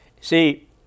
See